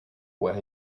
where